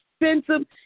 expensive